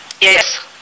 yes